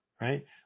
Right